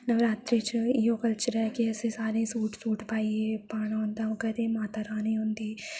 नवरात्रे च इयो कल्चर ऐ कि असें सारें गी सूट शूट पाइये पाना होंदा ओह् घरे माता रानी होंदी